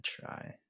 try